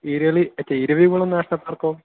ഇരളി ഛെ ഇരവികുളം നാഷണൽ പാർക്കോ